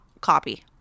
copy